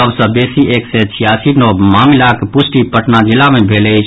सभ सँ बेसी एक सय छियासी नव मामिलाक पुष्टि पटना जिला मे भेल अछि